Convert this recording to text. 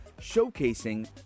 showcasing